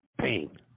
pain